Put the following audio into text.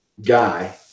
guy